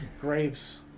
graves